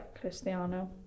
Cristiano